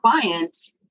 clients